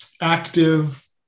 active